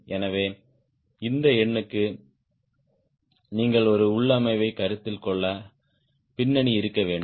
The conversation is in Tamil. எனவே இந்த எண்களுக்கு நீங்கள் ஒரு உள்ளமைவைக் கருத்தில் கொள்ள பின்னணி இருக்க வேண்டும்